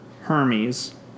Hermes